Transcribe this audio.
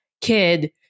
kid